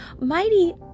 mighty